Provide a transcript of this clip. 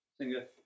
singer